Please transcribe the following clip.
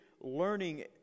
learning